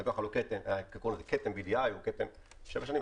וללקוח היה כתם BDI במשך לשבע שנים,